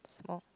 small